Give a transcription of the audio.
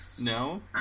No